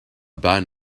band